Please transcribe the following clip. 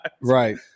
Right